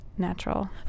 Natural